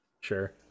Sure